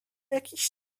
jakiś